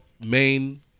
main